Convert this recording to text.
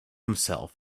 himself